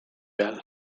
peal